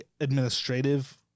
administrative